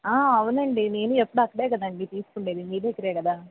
అవునండి నేను ఎప్పుడు అక్కడే కదండి తీసుకునేది మీ దగ్గరే కదా